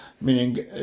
Meaning